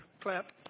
Clap